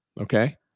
okay